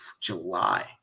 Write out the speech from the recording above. july